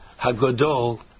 HaGodol